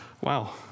wow